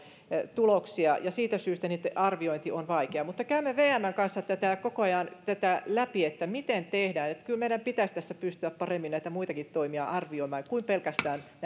tuloksia ja siitä syystä niitten arviointi on vaikeaa mutta käymme vmn kanssa koko ajan läpi miten tehdä ja kyllä meidän pitäisi pystyä paremmin näitä muitakin toimia arvioimaan kuin pelkästään